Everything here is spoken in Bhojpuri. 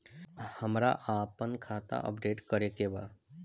हमरा आपन खाता अपडेट करे के बा